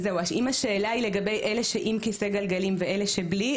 אם השאלה היא לגבי אלה שעם כיסא גלגלים ואלה שבלי,